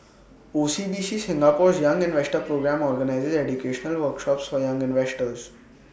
O C B C Singapore's young investor programme organizes educational workshops for young investors